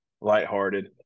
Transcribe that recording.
lighthearted